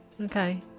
Okay